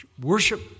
Worship